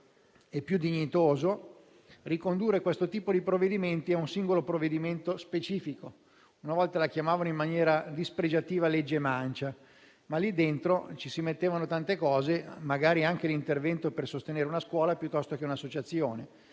e più dignitoso ricondurre questo tipo di iniziative a un singolo provvedimento specifico: una volta la chiamavano in maniera dispregiativa «legge mancia», ma al suo interno si mettevano tante misure, magari anche l'intervento per sostenere una scuola o un'associazione,